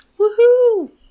Woohoo